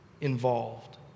involved